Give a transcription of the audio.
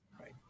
right